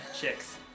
chicks